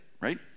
right